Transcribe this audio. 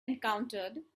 encountered